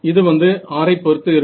இது வந்து r ஐ பொறுத்து இருக்கும்